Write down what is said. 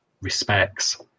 respects